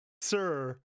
sir